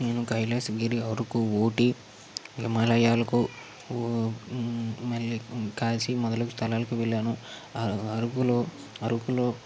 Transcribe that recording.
నేను కైలాసగిరి అరకు ఊటీ హిమాలయాలకు మళ్ళీ కాశీ మొదలగు స్థలాలకు వెళ్ళాను అర అరకు అరుకులో